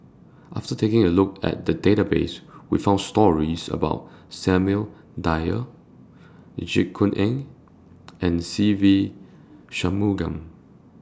after taking A Look At The Database We found stories about Samuel Dyer Jit Koon Ch'ng and Se Ve Shanmugam